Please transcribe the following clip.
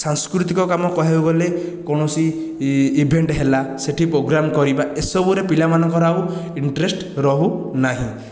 ସାଂସ୍କୃତିକ କାମ କହିବାକୁ ଗଲେ କୌଣସି ଇଭେଣ୍ଟ ହେଲା ସେଠି ପ୍ରୋଗ୍ରାମ କରିବା ଏସବୁରେ ପିଲାମାନଙ୍କର ଆଉ ଇଣ୍ଟରେଷ୍ଟ ରହୁ ନାହିଁ